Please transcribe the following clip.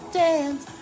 dance